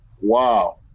wow